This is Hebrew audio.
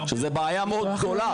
שזו בעיה מאוד גדולה.